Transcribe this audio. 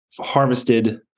harvested